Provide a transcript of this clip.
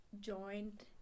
joined